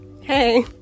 Hey